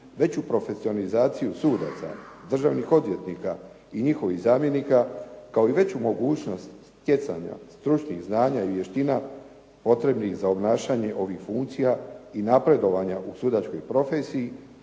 veću profesionalizaciju sudaca, državnih odvjetnika i njihovih zamjenika kao i veću mogućnost stjecanja stručnih znanja i vještina, potrebnih za obnašanje ovih funkcija i napredovanja u sudačkoj profesiji